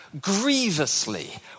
grievously